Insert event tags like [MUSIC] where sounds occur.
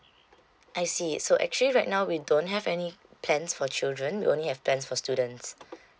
I see so actually right now we don't have any plans for children we only have plans for students [BREATH]